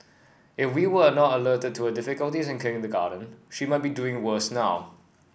if we were not alerted to her difficulties in kindergarten she might be doing worse now